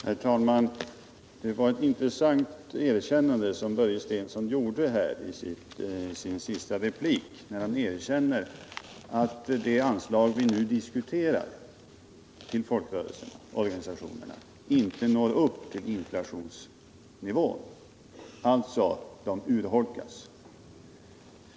Herr talman! Det var ett intressant erkännande som Börje Stensson gjorde i sin senaste replik, nämligen att de anslag till folkrörelseorganisationerna som vi nu diskuterar inte ger täckning för inflationen, vilket innebär att de efter hand urholkas.